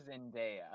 Zendaya